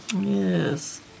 Yes